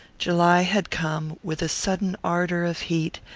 july had come, with a sudden ardour of heat,